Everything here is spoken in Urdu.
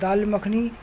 دال مکھنی